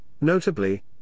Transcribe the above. notably